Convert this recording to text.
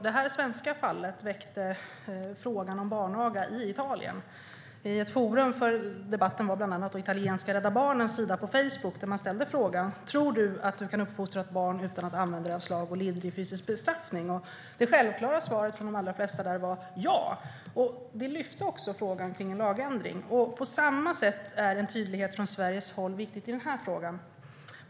Detta svenska fall väckte frågan om barnaga i Italien. Ett forum för debatten var bland annat italienska Rädda Barnens sida på Facebook där man ställde frågan: Tror du att du kan uppfostra ett barn utan att använda slag och lindrig fysisk bestraffning? Det självklara svaret från de allra flesta var ja. Även frågan om en lagändring lyftes fram. På samma sätt är det viktigt med tydlighet från Sverige i den här frågan.